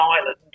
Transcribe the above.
island